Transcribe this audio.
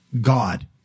God